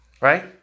Right